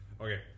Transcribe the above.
Okay